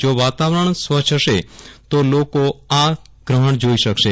જો વાતાવરણ સ્વચ્છ હશે તો લોકો આ ગ્રહણ જોઈ શકશે